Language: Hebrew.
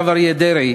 הרב אריה דרעי,